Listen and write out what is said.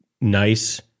nice